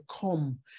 come